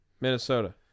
Minnesota